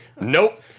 Nope